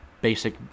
basic